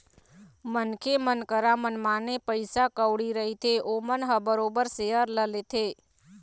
मनखे मन करा मनमाने पइसा कउड़ी रहिथे ओमन ह बरोबर सेयर ल लेथे